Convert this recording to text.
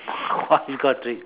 !wah! you got three